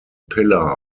pillar